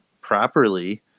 properly